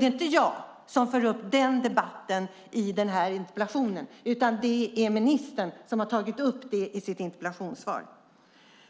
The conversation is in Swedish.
Det är inte jag som tar upp detta i den här interpellationsdebatten, utan det är ministern som har tagit upp det i sitt interpellationssvar.